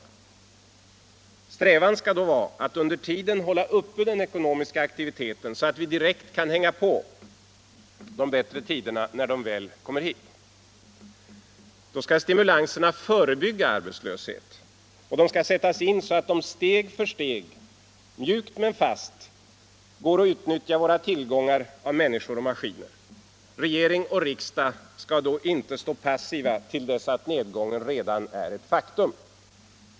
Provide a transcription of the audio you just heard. Vår strävan bör vara att under tiden hålla uppe den ekonomiska aktiviteten, så att vi direkt kan hänga på de bättre tiderna när de väl kommer hit. Stimulanserna skall förebygga arbetslösheten. Och de skall sättas in så att de steg för steg, mjukt men fast, ser till att vi kan utnyttja våra tillgångar av människor och maskiner. Regering och riksdag skall inte stå passiva tills nedgången redan är ett faktum.